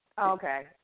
Okay